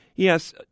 Yes